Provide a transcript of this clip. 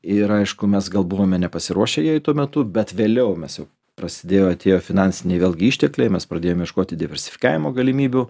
ir aišku mes gal buvome nepasiruošę jai tuo metu bet vėliau mes jau prasidėjo atėjo finansiniai vėlgi ištekliai mes pradėjom ieškoti diversifikavimo galimybių